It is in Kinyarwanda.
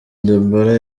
deborah